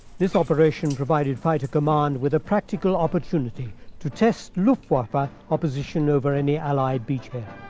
this operation provided fighter command with a practical opportunity to test luftwaffe ah opposition over any allied beach head.